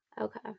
Okay